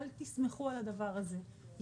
אל תסמכו על הדבר הזה.